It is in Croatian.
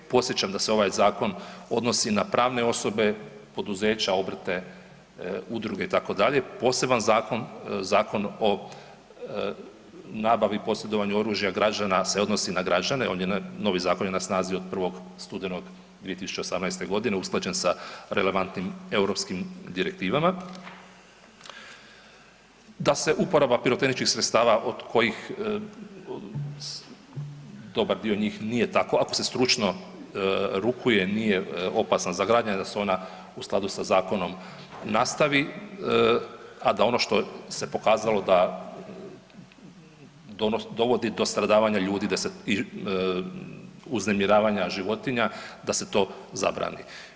Podsjećam da se ovaj zakon odnosi na pravne osobe, poduzeća, obrte, udruge itd., poseban zakon, Zakon o nabavi i posjedovanju oružja građana se odnosi na građane, ovdje je novi zakon na snazi od 1. studenog 2018.g. usklađen sa relevantnim europskim direktivama, da se uporaba pirotehničkih sredstava od kojih dobar dio njih nije tako ako se stručno rukuje nije opasan za građane, da su ona u skladu sa zakonom nastavi, a da ono što se pokazalo da dovodi do stradavanja ljudi i uznemiravanja životinja da se to zabrani.